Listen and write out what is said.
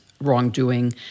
wrongdoing